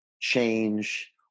change